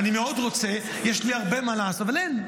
אני מאוד רוצה, יש לי הרבה מה לעשות, אבל אין.